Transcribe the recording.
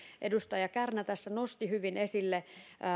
edustaja kärnä tässä nosti hyvin esille